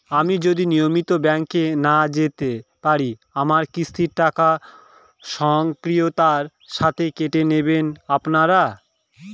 আমি যদি নিয়মিত ব্যংকে না যেতে পারি আমার কিস্তির টাকা স্বকীয়তার সাথে কেটে নেবেন আপনারা?